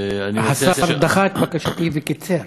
ואני, השר דחה את בקשתי וקיצר.